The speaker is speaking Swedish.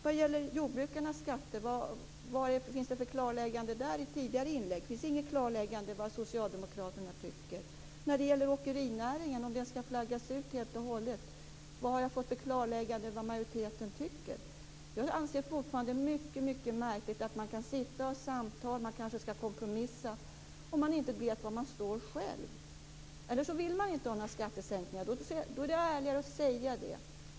Vad finns det för klarläggande om jordbrukarnas skatter i tidigare inlägg? Det finns inget klarläggande av vad socialdemokraterna tycker. Vad har jag fått för klarläggande av vad majoriteten tycker när det gäller om åkerinäringen skall flaggas ut helt och hållet? Jag anser fortfarande att det är mycket märkligt att man kan föra samtal, där man kanske skall kompromissa, om man inte vet var man står själv. Eller också vill man inte ha några skattesänkningar. Då är det ärligare att säga det.